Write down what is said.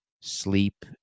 sleep